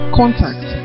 contact